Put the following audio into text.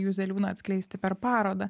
juzeliūną atskleisti per parodą